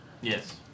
Yes